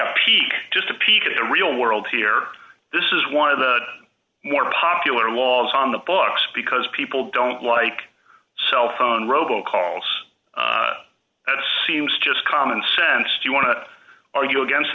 a peek just a peek at the real world here this is one of the more popular laws on the books because people don't like cell phone robo calls that seems just common sense to want to argue against